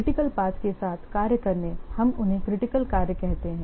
critical path के साथ कार्य करने हम उन्हें क्रिटिकल कार्य कहते हैं